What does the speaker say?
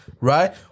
Right